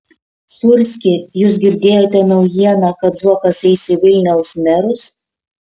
sūrski jūs girdėjote naujieną kad zuokas eis į vilniaus merus